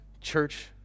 church